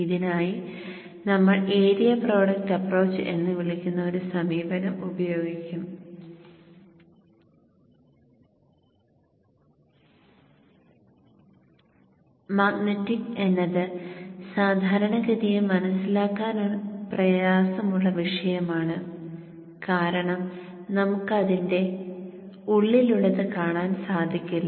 ഇതിനായി നമ്മൾ area product approach എന്ന് വിളിക്കുന്ന ഒരു സമീപനം ഉപയോഗിക്കും മാഗ്നറ്റിക് എന്നത് സാധാരണഗതിയിൽ മനസ്സിലാക്കാൻ പ്രയാസമുള്ള വിഷയമാണ് കാരണം നമുക്ക് അതിന്റെ ഉള്ളിലുള്ളത് കാണാൻ സാധിക്കില്ല